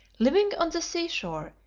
living on the seashore,